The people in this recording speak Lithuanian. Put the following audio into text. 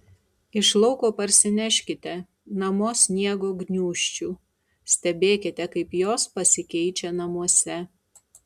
iš lauko parsineškite namo sniego gniūžčių stebėkite kaip jos pasikeičia namuose